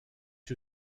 who